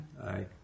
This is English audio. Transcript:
Aye